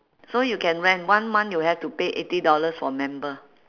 so you can rent one month you have to pay eighty dollars for member